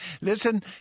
Listen